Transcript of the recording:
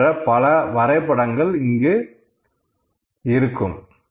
இதுபோன்ற பல வரைபடங்கள் இங்கு இருக்கும்